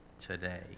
today